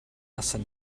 noson